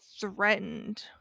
threatened